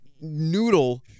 noodle